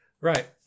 Right